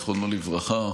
זיכרונו לברכה,